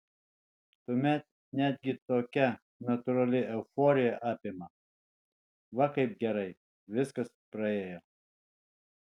tuomet netgi tokia natūrali euforija apima va kaip gerai viskas praėjo